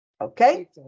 Okay